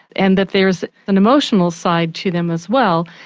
and that there's an emotional side to them as well.